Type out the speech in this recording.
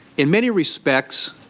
in many respects,